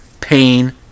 pain